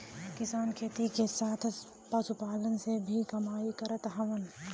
किसान खेती के साथ साथ पशुपालन से भी कमाई करत हउवन